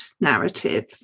narrative